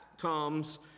comes